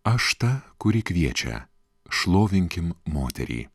aš ta kuri kviečia šlovinkime moterį